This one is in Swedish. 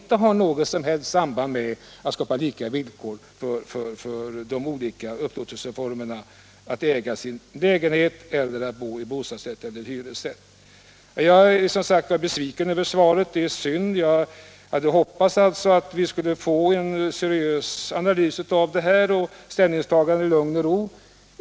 Det har inget som helst samband med att skapa fråga om boende lika villkor mellan de olika upplåtelseformerna äganderätt, bostadsrätt = kostnaderna vid och hyresrätt. olika besittningsfor Jag är som sagt besviken över svaret. Jag hade hoppats att vi skulle mer få en seriös analys och ett ställningstagande i lugn och ro.